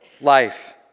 life